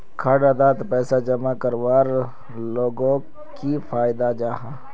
खाता डात पैसा जमा करवार लोगोक की फायदा जाहा?